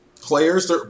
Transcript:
Players